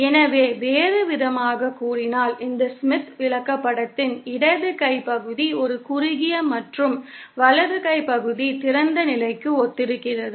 எனவே வேறுவிதமாகக் கூறினால் இந்த ஸ்மித் விளக்கப்படத்தின் இடது கை பகுதி ஒரு குறுகிய மற்றும் வலது கை பகுதி திறந்த நிலைக்கு ஒத்திருக்கிறது